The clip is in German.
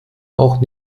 auch